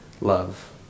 love